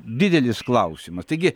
didelis klausimas taigi